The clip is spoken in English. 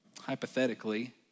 Hypothetically